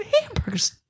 hamburgers